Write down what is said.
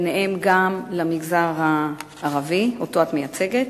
וביניהם גם למגזר הערבי, שאותו את מייצגת.